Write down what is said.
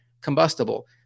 combustible